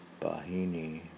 Bahini